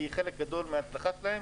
כי היא חלק גדול מההצלחה שלהם.